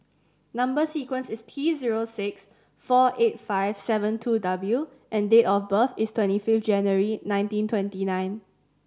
number sequence is T zero six four eight five seven two W and date of birth is twenty fifth January nineteen twenty nine